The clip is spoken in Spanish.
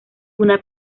una